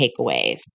takeaways